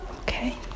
Okay